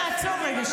תעצור רגע,